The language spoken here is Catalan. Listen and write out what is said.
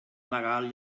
legal